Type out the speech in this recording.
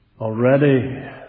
already